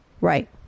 Right